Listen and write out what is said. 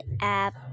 app